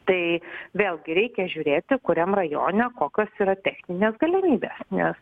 tai vėlgi reikia žiūrėti kuriam rajone kokios yra techninės galimybės nes